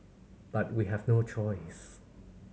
but we have no choice